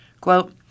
Quote